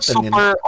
Super